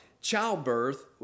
childbirth